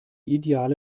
ideale